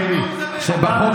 חוסן